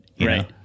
right